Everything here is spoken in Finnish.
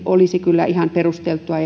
olisi kyllä ihan perusteltua